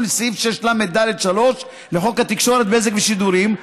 לסעיף 6לד3 לחוק התקשורת (בזק ושידורים),